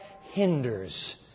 hinders